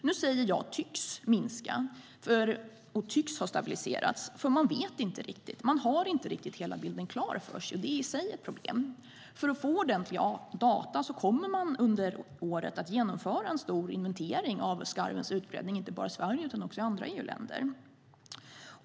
Nu säger jag "tycks minska" och "tycks ha stabiliserats", för man vet inte riktigt. Man har inte riktigt hela bilden klar för sig, och det är i sig ett problem. För att få ordentliga data kommer man under året att genomföra en stor inventering av skarvens utbredning, inte bara i Sverige utan också i andra EU-länder.